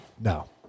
no